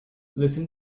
listen